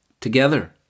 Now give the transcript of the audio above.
together